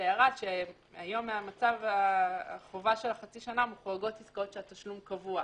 היום בחובה של החצי שנה מוחרגות עסקאות שהתשלום קבוע.